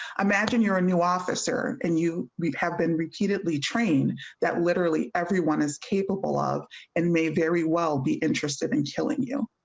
imagine you're a new officer and you have been repeatedly train that literally everywhere one is capable of and may very well be interested in killing you.